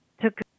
took